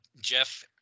Jeff